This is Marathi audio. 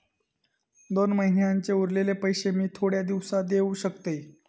दोन महिन्यांचे उरलेले पैशे मी थोड्या दिवसा देव शकतय?